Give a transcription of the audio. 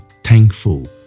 thankful